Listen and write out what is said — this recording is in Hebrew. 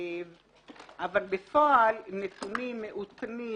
אבל בפועל נתונים מעודכנים,